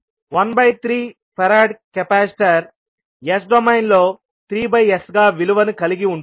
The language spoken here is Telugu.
13 F ఫరాడ్ కెపాసిటర్ S డొమైన్లో 3 s గా విలువను కలిగి ఉంటుంది